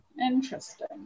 interesting